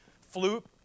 flute